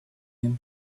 him